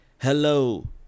hello